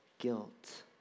Guilt